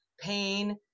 pain